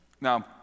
Now